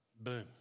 boom